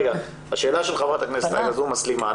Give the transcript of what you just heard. השאלה של חברת הכנסת תומא סלימאן